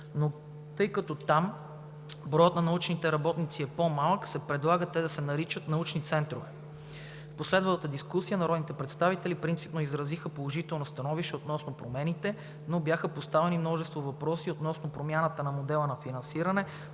Тъй като там броят на научните работници е по малък, се предлага те да се наричат „научни центрове“. В последвалата дискусия народните представители принципно изразиха положително становище относно промените, но бяха поставени множество въпроси относно промяната на модела на финансиране,